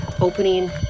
Opening